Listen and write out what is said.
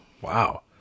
Wow